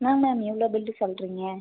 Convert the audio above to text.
என்ன மேம் இவ்வளோ பில்லு சொல்கிறீங்க